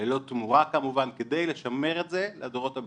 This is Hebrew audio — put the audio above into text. ללא תמורה כמובן, כדי לשמר את זה לדורות הבאים.